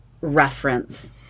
reference